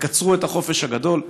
תקצרו את החופש הגדול,